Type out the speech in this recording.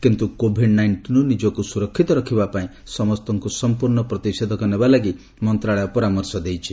କିନ୍ତୁ କୋଭିଡ୍ ନାଇଷ୍ଟିନ୍ରୁ ନିଜକୁ ସୁରକ୍ଷିତ ରଖିବାପାଇଁ ସମସ୍ତଙ୍କୁ ସମ୍ପର୍ଶ୍ଣ ପ୍ରତିଷେଧକ ନେବାଲାଗି ମନ୍ତ୍ରଣାଳୟ ପରାମର୍ଶ ଦେଇଛି